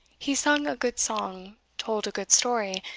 he, sung a good song, told a good story,